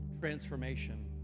transformation